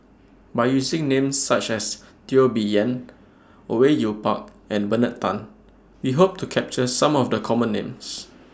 By using Names such as Teo Bee Yen Au Yue Pak and Bernard Tan We Hope to capture Some of The Common Names